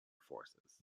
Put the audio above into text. forces